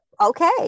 Okay